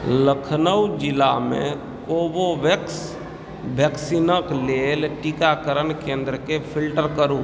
लखनऊ जिलामे कोवोवेक्स वैक्सीनक लेल टीकाकरण केन्द्रके फ़िल्टर करू